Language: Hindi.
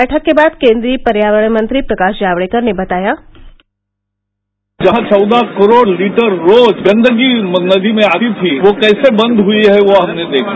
बैठक के बाद केंद्रीय पर्यावरण मंत्री प्रकाश जावड़ेकर ने बताया जहां चौदह करोड़ लीटर रोज गन्दगी नदी में आती थी वो कैसे बन्द हुयी है वो हमने देखा